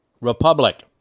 republic